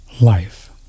life